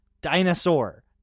dinosaur